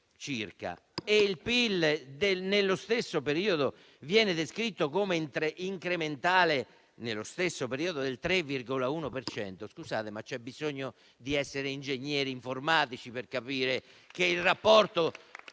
secondo nello stesso periodo viene descritto come incrementale del 3,1 per cento, c'è bisogno di essere ingegneri informatici per capire che il rapporto